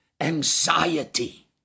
anxiety